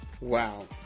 Wow